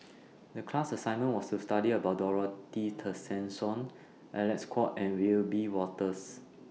The class assignment was to study about Dorothy Tessensohn Alec Kuok and Wiebe Wolters